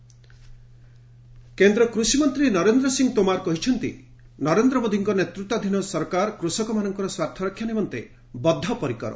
agriculture minister କେନ୍ଦ୍ର କୃଷିମନ୍ତ୍ରୀ ନରେନ୍ଦ୍ର ସିଂହ ତୋମାର କହିଛନ୍ତି ନରେନ୍ଦ୍ର ମୋଦିଙ୍କ ନେତୃତ୍ୱାଧୀନ ସରକାର କୃଷକମାନଙ୍କର ସ୍ୱାର୍ଥରକ୍ଷା ନିମନ୍ତେ ବଦ୍ଧପରିକର